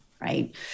right